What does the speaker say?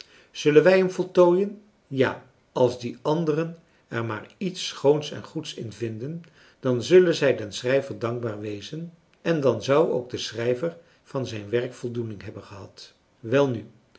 zullen wij hem voltooien ja als die anderen er maar iets schoons en goeds in vinden dan zullen zij den schrijver dankbaar wezen en dan zou ook de schrijver van zijn werk voldoening hebben gehad welnu